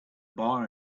bar